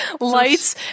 lights